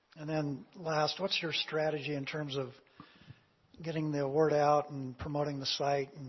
and then last, what's your strategy in terms of getting the word out and promoting the site?